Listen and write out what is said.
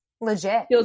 Legit